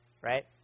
right